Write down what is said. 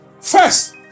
First